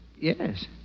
yes